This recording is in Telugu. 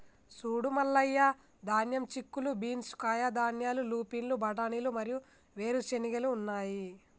సూడు మల్లయ్య ధాన్యం, చిక్కుళ్ళు బీన్స్, కాయధాన్యాలు, లూపిన్లు, బఠానీలు మరియు వేరు చెనిగెలు ఉన్నాయి